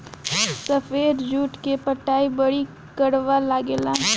सफेद जुट के पतई बड़ी करवा लागेला